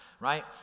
Right